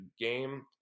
game